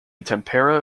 tempera